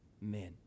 men